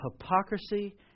hypocrisy